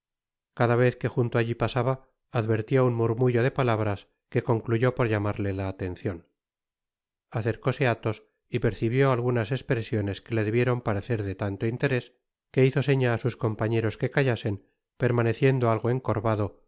cada vez que junto alli pasaba advertia un murmullo de palabras que concluyó por llamarle la atencion acercóse athos y percibió algunas espresiones que le debieron parecer de tanto interés que hizo seña á sus compañeros que callasen permaneciendo algo encorvado